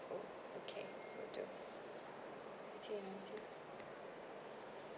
oh okay will do